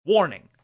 Warning